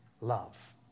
love